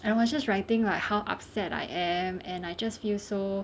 and was just writing like how upset I am and I just feel so